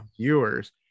viewers